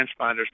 transponders